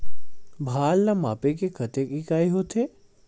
भार ला मापे के कतेक इकाई होथे?